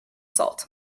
salt